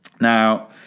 Now